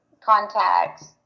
contacts